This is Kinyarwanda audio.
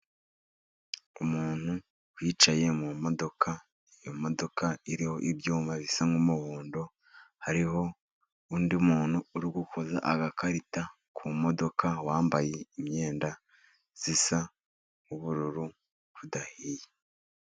Umuntu wicaye mu modoka, iyo modoka iriho ibyuma bisa n'umuhondo, hariho undi muntu uri gukoza agakarita ku modoka, wambaye imyenda isa nk'ubururu budahiye.